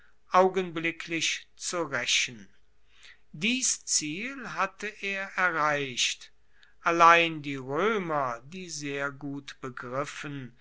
augenblicklich zu raechen dies ziel hatte er erreicht allein die roemer die sehr gut begriffen